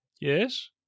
Yes